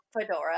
fedora